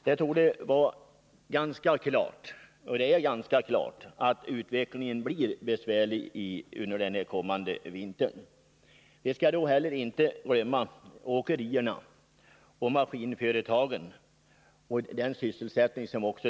Det torde vara ganska klart att utvecklingen blir besvärlig under den kommande vintern. Vi skall då inte heller glömma att också åkerierna och maskinföretagen behöver sysselsättning.